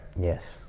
Yes